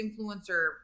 influencer